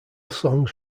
songs